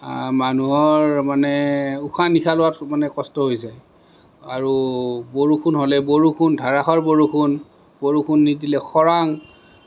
মানুহৰ মানে উশাহ নিশাহ লোৱাত মানে কষ্ট হৈছে আৰু বৰষুণ হ'লে বৰষুণ ধাৰাষাৰ বৰষুণ বৰষুণ নিদিলে খৰাং